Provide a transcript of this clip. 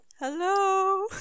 Hello